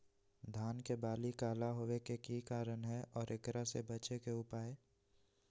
धान के बाली काला होवे के की कारण है और एकरा से बचे के उपाय?